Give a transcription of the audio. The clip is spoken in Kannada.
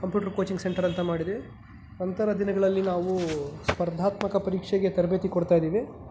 ಕಂಪ್ಯೂಟ್ರು ಕೋಚಿಂಗ್ ಸೆಂಟರ್ ಅಂತ ಮಾಡಿದ್ವಿ ನಂತರದ ದಿನಗಳಲ್ಲಿ ನಾವು ಸ್ಪರ್ಧಾತ್ಮಕ ಪರೀಕ್ಷೆಗೆ ತರಬೇತಿ ಕೊಡ್ತಾಯಿದ್ದೀವಿ